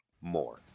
more